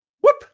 Whoop